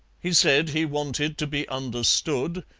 he said he wanted to be understood,